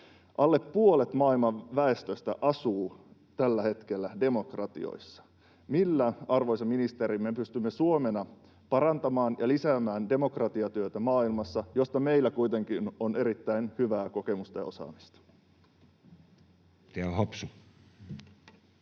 Alle puolet maailman väestöstä asuu tällä hetkellä demokratioissa. Millä, arvoisa ministeri, me pystymme Suomena parantamaan ja lisäämään maailmassa demokratiatyötä, josta meillä kuitenkin on erittäin hyvää kokemusta ja osaamista?